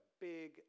big